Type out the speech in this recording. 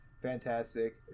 fantastic